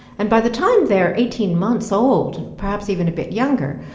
and by the time they're eighteen months old, and perhaps even a bit younger,